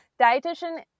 dietitian